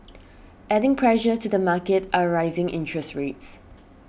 adding pressure to the market are rising interest rates